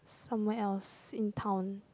somewhere else in town